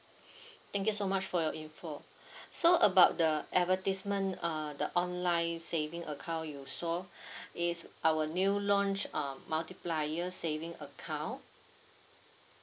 thank you so much for your info so about the advertisement uh the online saving account you saw it's our new launch um multiplier saving account